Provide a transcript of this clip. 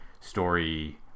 story